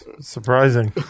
Surprising